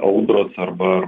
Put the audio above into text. audros arba